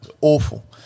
Awful